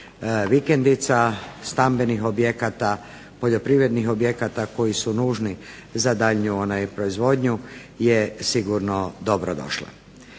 vikendica, stambenih objekata, poljoprivrednih objekata koji su nužni za daljnju proizvodnju je sigurno dobrodošla.